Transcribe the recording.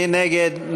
מי נגד?